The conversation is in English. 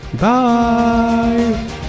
Bye